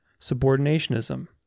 subordinationism